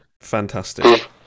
Fantastic